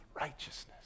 righteousness